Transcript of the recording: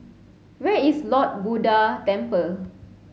where is Lord Buddha Temple